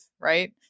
Right